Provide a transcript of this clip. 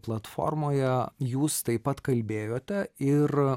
platformoje jūs taip pat kalbėjote ir